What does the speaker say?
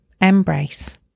Embrace